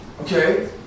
Okay